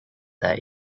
that